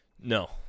No